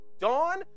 dawn